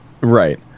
Right